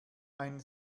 ein